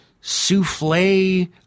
souffle